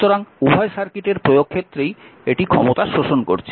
সুতরাং উভয় সার্কিটের প্রয়োগক্ষেত্রেই এটি ক্ষমতা শোষণ করছে